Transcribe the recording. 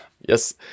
Yes